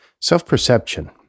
self-perception